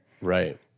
Right